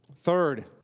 Third